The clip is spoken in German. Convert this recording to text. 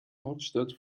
hauptstadt